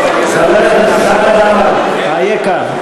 אייכה?